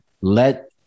let